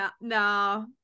no